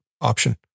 option